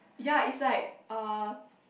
ya it's like uh